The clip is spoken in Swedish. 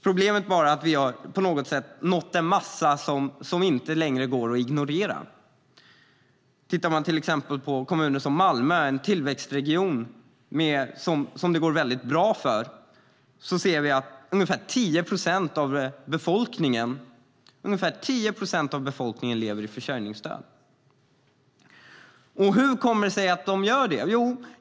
Problemet är bara att vi på något sätt har nått en massa som inte längre går att ignorera. Om man tittar på kommuner som till exempel Malmö - en tillväxtregion som det går bra för - ser vi att ungefär 10 procent av befolkningen där lever med försörjningsstöd. Hur kommer det sig då att de gör det?